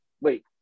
wait